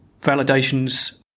validations